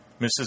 Mrs